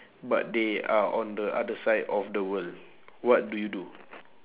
but they are on the other side of the world what do you do